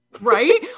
right